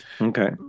Okay